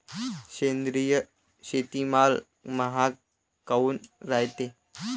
सेंद्रिय शेतीमाल महाग काऊन रायते?